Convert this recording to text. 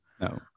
No